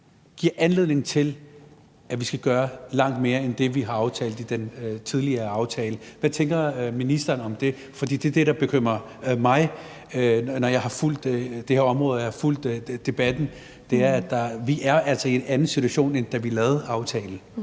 ikke anledning til, at vi skal gøre langt mere end det, vi er blevet enige om i den tidligere aftale? Hvad tænker ministeren om det? Det, der har bekymret mig, når jeg har fulgt debatten på det her område, er, at vi altså er i en anden situation, end da vi lavede aftalen.